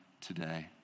today